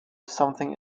something